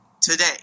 today